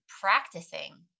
practicing